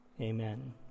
Amen